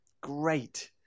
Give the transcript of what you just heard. great